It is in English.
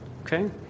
Okay